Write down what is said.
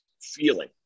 feeling